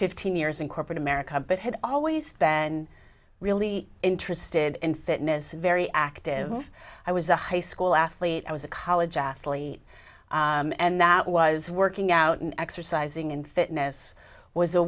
fifteen years in corporate america but had always been really interested in fitness very active i was a high school athlete i was a college athlete and that was working out and exercising and fitness was a